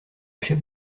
chef